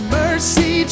mercy